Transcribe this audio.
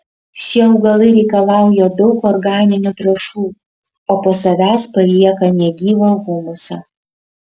šie augalai reikalauja daug organinių trąšų o po savęs palieka negyvą humusą